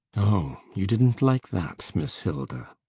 oh, you didn't like that, miss hilda?